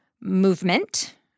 Movement